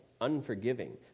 unforgiving